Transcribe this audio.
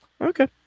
Okay